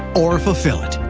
or fulfill it?